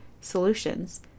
solutions